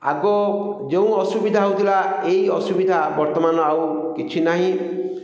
ଆଗ ଯେଉଁ ଅସୁବିଧା ହେଉଥିଲା ଏଇ ଅସୁବିଧା ବର୍ତ୍ତମାନ ଆଉ କିଛି ନାହିଁ